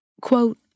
Quote